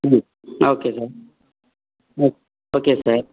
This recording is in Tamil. ம் okay sir hmm okay sir